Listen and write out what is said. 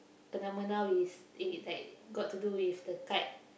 kena mengena with it like got to do with the kite